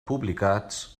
publicats